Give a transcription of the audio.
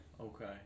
Okay